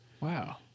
Wow